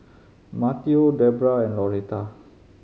Mateo Deborah and Loretta